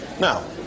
Now